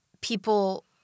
people